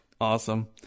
awesome